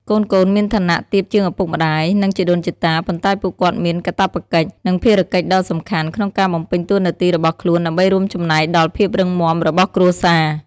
កូនៗមានឋានៈទាបជាងឪពុកម្ដាយ និងជីដូនជីតា ប៉ុន្តែពួកគាត់មាន កាតព្វកិច្ច និងភារកិច្ចដ៏សំខាន់ ក្នុងការបំពេញតួនាទីរបស់ខ្លួនដើម្បីរួមចំណែកដល់ភាពរឹងមាំរបស់គ្រួសារ។